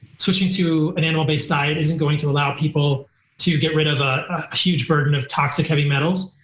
switching to an animal based diet isn't going to allow people to get rid of a ah huge burden of toxic heavy metals.